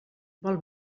vol